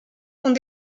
font